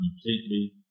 completely